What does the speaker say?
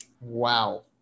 Wow